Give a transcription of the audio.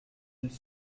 ils